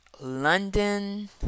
London